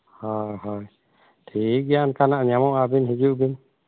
ᱦᱳᱭ ᱦᱳᱭ ᱴᱷᱤᱠᱜᱮᱭᱟ ᱚᱱᱠᱟᱱᱟᱜ ᱧᱟᱢᱚᱜᱼᱟ ᱟᱹᱵᱤᱱ ᱦᱤᱡᱩᱜ ᱵᱤᱱ